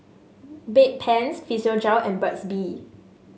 Bedpans Physiogel and Burt's Bee